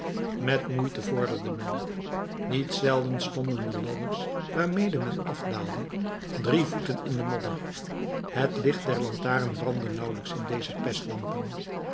met moeite vorderde men niet zelden stonden de ladders waarmede men afdaalde drie voeten in de modder het licht der lantaarn brandde nauwelijks in deze pestdampen